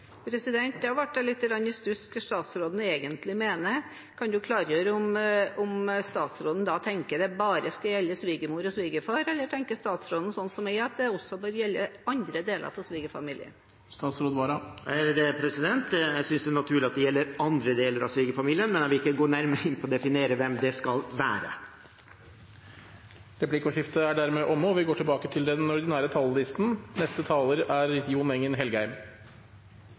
i stuss over hva statsråden egentlig mener. Kan statsråden klargjøre om han mener at det skal gjelde bare svigermor og svigerfar, eller tenker han, som jeg gjør, at det også bør gjelde andre deler av svigerfamilien? Jeg synes det er naturlig at det gjelder andre deler av svigerfamilien, men jeg vil ikke gå nærmere inn på å definere hvem det skal være. Replikkordskiftet er omme. Tre minutter går